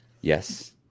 Yes